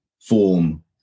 form